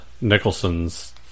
nicholson's